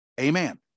Amen